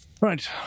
Right